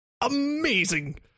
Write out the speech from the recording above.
amazing